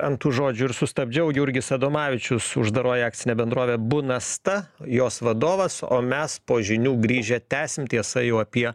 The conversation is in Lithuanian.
ant tų žodžių ir sustabdžiau jurgis adomavičius uždaroji akcinė bendrovė bunasta jos vadovas o mes po žinių grįžę tęsim tiesa jau apie